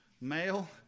Male